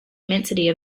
immensity